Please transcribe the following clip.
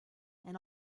and